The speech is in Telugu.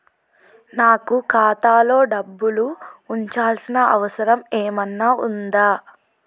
నాకు ఖాతాలో డబ్బులు ఉంచాల్సిన అవసరం ఏమన్నా ఉందా?